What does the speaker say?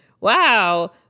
wow